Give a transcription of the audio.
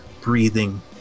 breathing